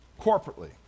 corporately